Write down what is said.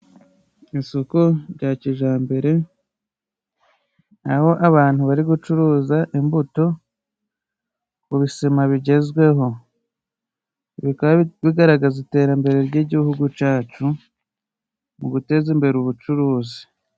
Isoko rya kijambere aho abantu bari gucuruza imbuto ku bisima bigezweho. Bikaba bigaragaza iterambere ry'igihugu cyacu mu guteza imbere ubucuruzi.